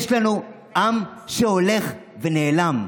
יש לנו עם שהולך ונעלם,